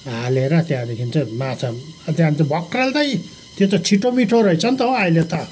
हालेर त्यहाँदेखि चाहिँ माछा त्यहाँदेखि चाहिँ भक्रेल्तै त्यो त छिटोमिठो रहेछ नि त हौ अहिले त